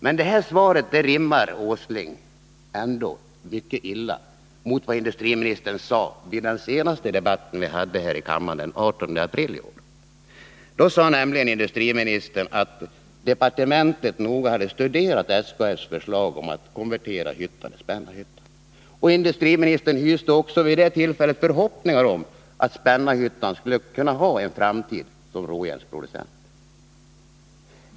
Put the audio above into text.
Herr Åslings svar i dag rimmar mycket illa med det som industriministern sade vid den debatt som vi hade här i kammaren den 18 april i år. Då sade nämligen industriministern att departementet noga hade studerat SKF:s förslag om att konvertera hyttan i Spännarhyttan. Industriministern hyste också vid det tillfället förhoppningar om att Spännarhyttan skulle ha en framtid som råjärnsproducent.